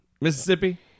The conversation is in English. Mississippi